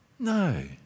No